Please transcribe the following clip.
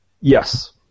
Yes